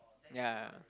ya